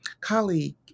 colleague